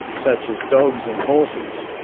such as dogs and horses,